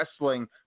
wrestling